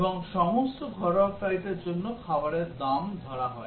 এবং সমস্ত ঘরোয়া ফ্লাইটের জন্য খাবারের দাম ধরা হয়